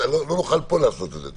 לא נוכל פה לעשות את זה.